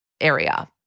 area